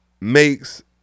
makes